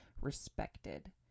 respected